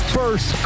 first